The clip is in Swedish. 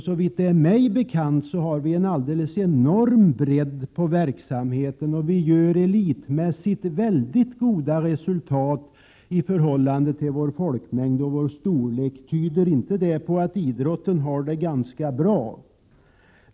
Såvitt mig är bekant har vi en alldeles enorm bredd på verksamheten. På elitnivå gör vi också mycket goda resultat i förhållande till vår folkmängd och landets storlek. Tyder inte detta på att landets idrottsrörelser har det ganska bra?